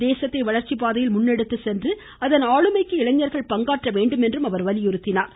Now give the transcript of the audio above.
தேசத்தை வளர்ச்சிப் பாதையில் முன்னெடுத்துச்சென்று அதன் ஆளுமைக்கு இளைஞர்கள் பங்காற்ற வேண்டுமென்றும் வலியுறுத்தினார்